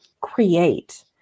create